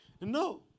No